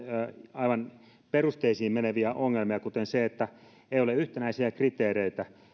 aivan perusteisiin meneviä ongelmia kuten se että ei ole yhtenäisiä kriteereitä